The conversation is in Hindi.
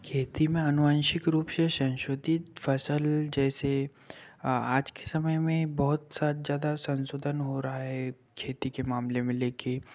खेती में आनुवांशिक रूप से संशोधित फसल जैसे आज के समय में बहुत साथ ज्यादा संशोधन हो रहा है खेती के मामले में ले के